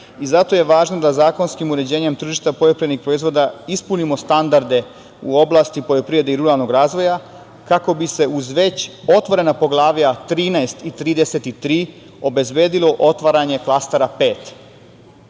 i zato je važno da zakonskim uređenjem tržišta poljoprivrednih proizvoda ispunimo standarde u oblasti poljoprivrede i ruralnog razvoja kako bi se uz već otvorena poglavlja 13 i 33 obezbedilo otvaranje klastera